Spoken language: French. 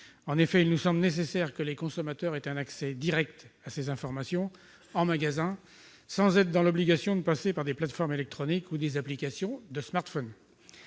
produit. Il nous paraît nécessaire que les consommateurs aient un accès direct à ces informations en magasin, sans être obligés de passer par des plateformes électroniques ou des applications de smartphones.